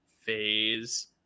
phase